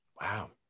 Wow